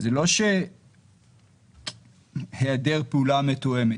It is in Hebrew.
זה לא שהיעדר פעולה מתואמת,